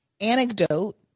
anecdote